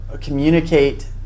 communicate